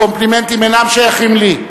הקומפלימנטים אינם שייכים לי,